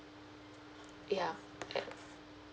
ya